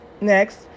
next